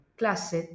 classe